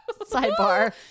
Sidebar